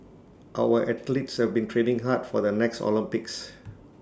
our athletes have been training hard for the next Olympics